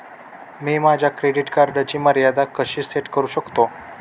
मी माझ्या क्रेडिट कार्डची मर्यादा कशी सेट करू शकतो?